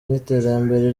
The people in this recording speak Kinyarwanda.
n’iterambere